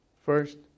First